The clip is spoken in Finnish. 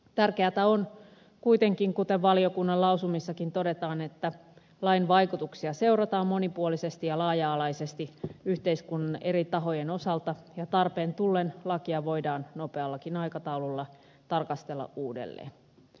tärkeätä on kuitenkin kuten valiokunnan lausumissakin todetaan että lain vaikutuksia seurataan monipuolisesti ja laaja alaisesti yhteiskunnan eri tahojen osalta ja tarpeen tullen lakia voidaan nopeallakin aikataululla tarkastella uudelleen